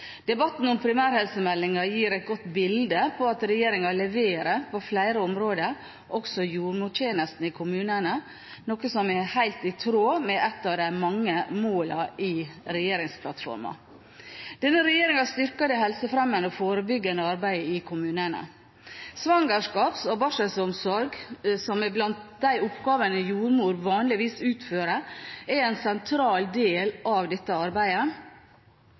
Debatten om primærhelsemeldingen gir et godt bilde på at regjeringen leverer på flere områder – også jordmortjenesten i kommunene – noe som er helt i tråd med et av de mange målene i regjeringsplattformen. Denne regjeringen styrker det helsefremmende og forebyggende arbeidet i kommunene. Svangerskaps- og barselomsorg, som er blant de oppgavene jordmor vanligvis utfører, er en sentral del av dette arbeidet,